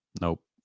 nope